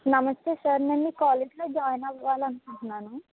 నమస్తే సార్ నేను మీ కాలేజీ లో జాయిన్ అవ్వాలి అనుకుంటున్నాను